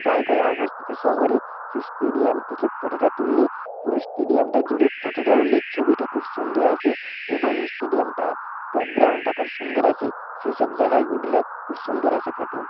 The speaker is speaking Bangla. জায়গায় অবস্থিত শহরে সেই স্টেডিয়াম থেকে ফটোটা তুললে পুরো স্টেডিয়ামটা জুড়ে ফটোটা উঠলে ছবিটা খুব সুন্দর আসে এবং স্টেডিয়ামটা ব্যাকগ্রাউণ্ডটা খুব সুন্দর আসে সেসব জায়গায় উঠলে খুব সুন্দর আসে ফটো